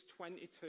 22